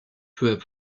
peu